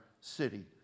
city